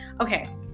okay